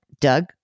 Doug